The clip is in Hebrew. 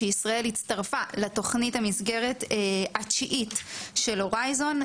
שישראל הצטרפה לתוכנית המסגרת התשיעית של הורייזן,